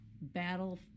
battle